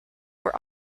were